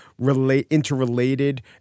interrelated